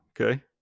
okay